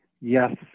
yes